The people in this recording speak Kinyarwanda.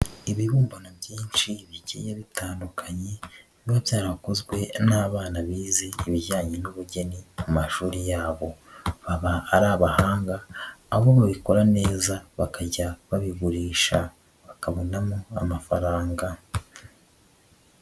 Ibibumbano byinshi bigiye bitandukanye, biba byarakozwe n'abana bize ibijyanye n'ubugeni mu mashuri yabo, baba ari abahanga, aho babikora neza bakajya babigurisha, bakabonamo amafaranga.